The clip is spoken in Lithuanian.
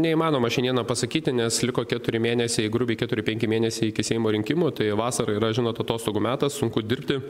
neįmanoma šiandieną pasakyti nes liko keturi mėnesiai grubiai keturi penki mėnesiai iki seimo rinkimų tai vasara yra žinot atostogų metas sunku dirbti